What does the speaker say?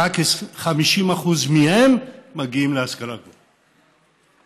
רק 50% מהם מגיעים להשכלה גבוהה.